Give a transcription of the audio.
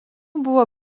buvo